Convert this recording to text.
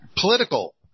political